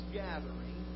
gathering